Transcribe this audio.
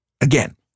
Again